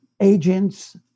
Agents